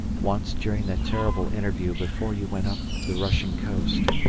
once during that terrible interview before you went up the russian coast,